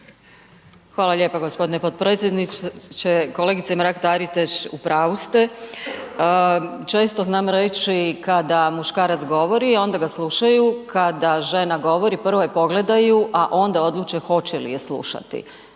Hvala lijepo g. potpredsjedniče. Kolegice Mrak-Taritaš, u pravu ste. Često znam reći kada muškarac govori, onda ga slušaju, kada žena govori, prvo je pogledaju, a onda odluče hoće li je slušati.